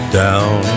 down